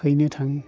हैनो थाङो